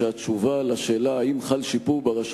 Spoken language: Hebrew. שהתשובה על השאלה אם חל שיפור ברשות